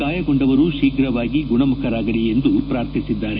ಗಾಯಗೊಂಡವರು ಶೀಘವಾಗಿ ಗುಣಮುಖರಾಗಲಿ ಎಂದು ಪ್ರಾರ್ಥಿಸಿದ್ದಾರೆ